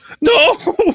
No